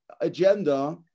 agenda